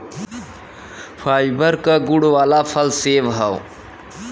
fibre क गुण वाला फल सेव हौ